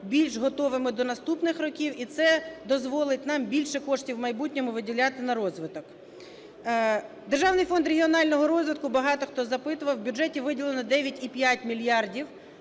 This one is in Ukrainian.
більш готовими до наступних років, і це дозволить нам більше коштів в майбутньому виділяти на розвиток. Державний фонд регіонального розвитку, багато, хто запитував, в бюджеті виділено 9,5 мільярда.